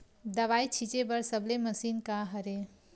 दवाई छिंचे बर सबले मशीन का हरे?